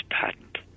patent